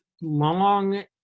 long